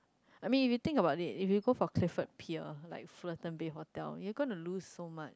I mean if you think about it if you go for Clifford-Pier like Flotten Base Hotel you are going to lost so much